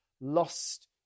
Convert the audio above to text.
lost